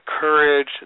courage